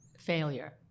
Failure